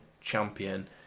champion